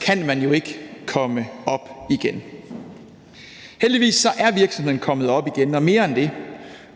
kan man jo ikke komme op igen. Heldigvis er virksomheden kommet op igen og mere end det.